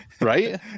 Right